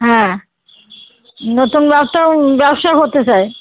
হ্যাঁ নতুন ব্যবসা ব্যবসা করতে চাই